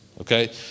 Okay